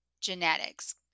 genetics